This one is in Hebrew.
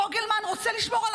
פוגלמן רוצה לשמור על